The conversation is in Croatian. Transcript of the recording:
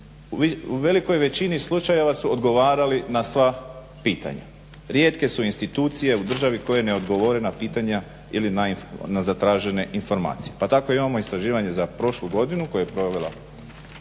u velikoj većini slučajeva su odgovarali na sva pitanja. Rijetke su institucije u državi koje ne odgovore na pitanja ili na zatražene informacije. Pa tako imamo istraživanje za prošlu godinu koje je provela